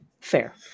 Fair